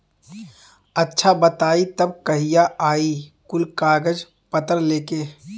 अच्छा बताई तब कहिया आई कुल कागज पतर लेके?